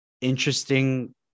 interesting